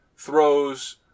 throws